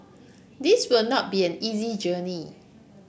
this will not be an easy journey